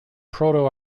proto